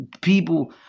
people